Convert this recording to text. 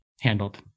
handled